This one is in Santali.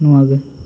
ᱱᱚᱣᱟ ᱜᱮ